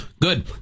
Good